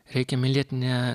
reikia mylėt ne